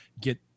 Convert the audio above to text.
get